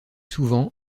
souvent